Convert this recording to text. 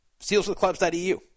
sealswithclubs.eu